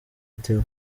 theo